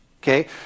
Okay